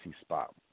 spot